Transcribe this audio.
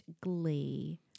glee